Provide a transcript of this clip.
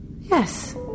Yes